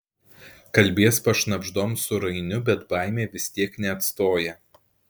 kalbies pašnabždom su rainiu bet baimė vis tiek neatstoja